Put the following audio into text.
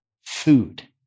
food